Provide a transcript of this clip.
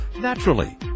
naturally